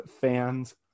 fans